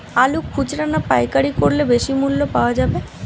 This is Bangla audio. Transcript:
আলু খুচরা না পাইকারি করলে বেশি মূল্য পাওয়া যাবে?